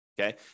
okay